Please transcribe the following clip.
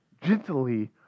gently